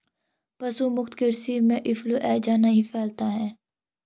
पशु मुक्त कृषि से इंफ्लूएंजा नहीं फैलता है